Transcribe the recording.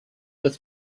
with